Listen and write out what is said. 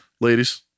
ladies